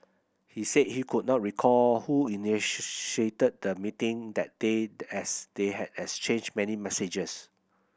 he said he could not recall who the meeting that day as they had exchanged many messages